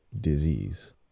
disease